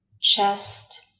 chest